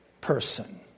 person